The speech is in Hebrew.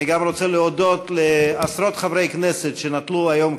אני גם רוצה להודות לעשרות חברי הכנסת שנטלו היום,